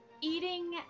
eating